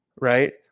right